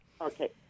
okay